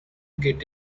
get